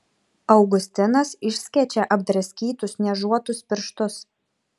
augustinas išskečia apdraskytus niežuotus pirštus